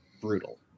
Brutal